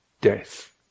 death